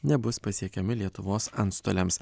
nebus pasiekiami lietuvos antstoliams